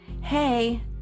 Hey